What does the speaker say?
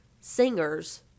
singers